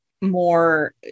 more